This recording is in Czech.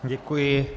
Děkuji.